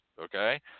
okay